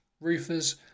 roofers